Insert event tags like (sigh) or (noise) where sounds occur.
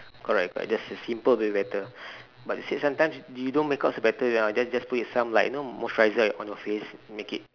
correct correct just a simple way better (breath) but you see sometimes you don't makeup also better ya then just put it some like you know moisturiser on your face make it like uh